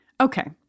Okay